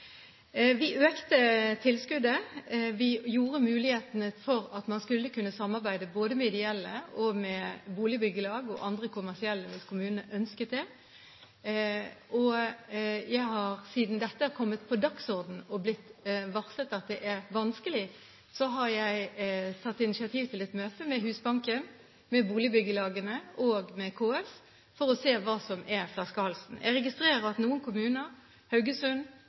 Vi økte tilskuddet. Vi økte mulighetene for at man skulle kunne samarbeide både med ideelle og med boligbyggelag og andre kommersielle hvis kommunene ønsket det. Siden dette har kommet på dagsordenen og det er blitt varslet at dette er vanskelig, har jeg tatt initiativ til et møte med Husbanken, med boligbyggelagene og med KS for å se på hva som er flaskehalsen. Jeg registrerer at noen kommuner, bl.a. Haugesund